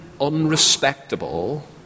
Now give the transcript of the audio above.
unrespectable